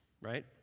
right